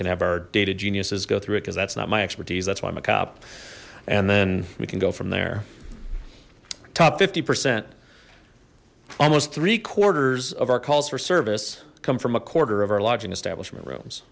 can have our data geniuses go through it cuz that's not my expertise that's why i'm a cop and then we can go from there top fifty percent almost three quarters of our calls for service come from a quarter of our lodging establishment rooms